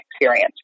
experience